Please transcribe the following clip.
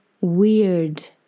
weird